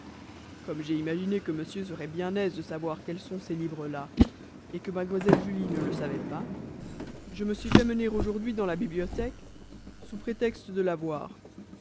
comme j'ai imaginé que monsieur serait bien aise de savoir quels sont ces livres là que mlle julie ne le savait pas je me suis fait mener aujourd'hui dans la bibliothèque sous prétexte de la voir